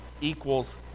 equals